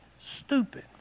stupid